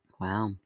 Wow